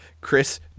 Chris